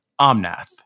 Omnath